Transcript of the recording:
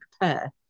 prepare